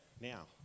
now